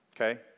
Okay